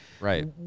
Right